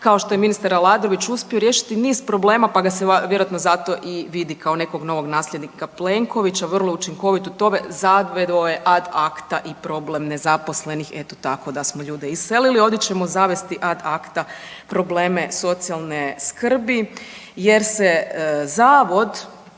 kao što je ministar Aladrović uspio riješiti niz problema, pa ga se vjerojatno zato i vidi kao nekog novog nasljednika Plenkovića, vrlo učinkovit u tome, …/Govornik se ne razumije/…ad acta i problem nezaposlenih i eto tako da smo ljude iselili, ovdje ćemo zavesti ad acta probleme socijalne skrbi jer se zavod